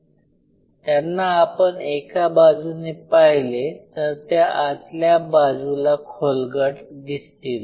आपण त्यांना एका बाजूने पाहिले तर त्या आतल्या बाजूला खोलगट दिसतील